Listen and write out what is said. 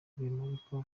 rwemarika